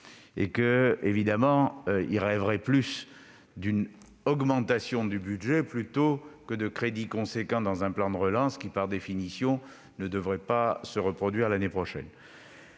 une aide, et ils rêveraient d'une augmentation du budget plutôt que de crédits conséquents dans un plan de relance qui, par définition, ne devrait pas être reconduits l'année prochaine.